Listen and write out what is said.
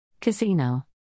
Casino